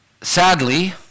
Sadly